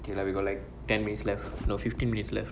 okay lah we got like ten minutes left no fifteen minutes left